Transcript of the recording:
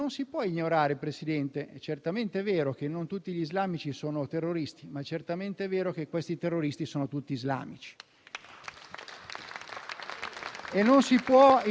Non si può ignorare, signor Presidente, al netto del non volere fomentare lo scontro di civiltà, che oggi c'è una Turchia tutt'altro che laica,